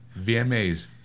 VMAs